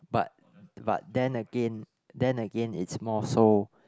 but but then again then again is more so